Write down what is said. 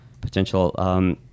potential